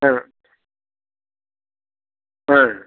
ஆ ஆ